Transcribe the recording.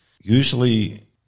usually